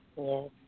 Yes